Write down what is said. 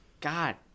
God